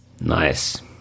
Nice